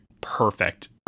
perfect